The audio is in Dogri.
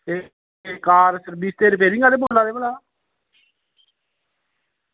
ते कार ते सर्विस रिपेयरिंग आह्ले बोल्ला दे भला